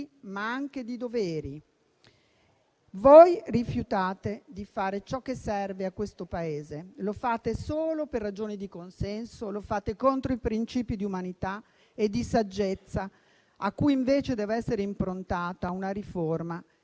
ma anche di doveri. Voi rifiutate di fare ciò che serve a questo Paese e lo fate solo per ragioni di consenso, contro i principi di umanità e di saggezza a cui invece dev'essere improntata una riforma